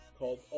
Called